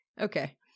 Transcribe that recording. Okay